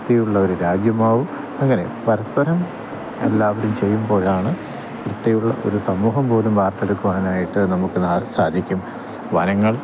വൃത്തിയുള്ള ഒരു രാജ്യമാവു അങ്ങനെ പരസ്പരം എല്ലാവരും ചെയ്യുമ്പോഴാണ് വൃത്തിയുള്ള ഒരു സമൂഹംപോലും വാർത്തെടുക്കുവാനായിട്ട് നമുക്ക് സാ സാധിക്കും വനങ്ങൾ